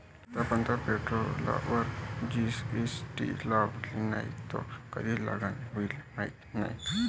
आतापर्यंत पेट्रोलवर जी.एस.टी लावला नाही, तो कधी लागू होईल माहीत नाही